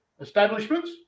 establishments